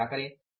तो हम क्या करें